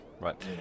right